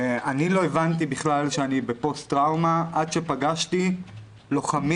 לא הבנתי בכלל שאני בפוסט טראומה עד שפגשתי לוחמים